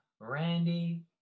Randy